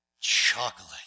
chocolate